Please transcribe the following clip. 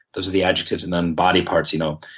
those are the adjectives. and then body parts, you know,